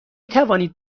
توانید